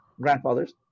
grandfathers